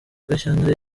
gashyantare